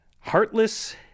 Heartless